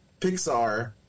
pixar